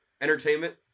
entertainment